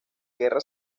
guerra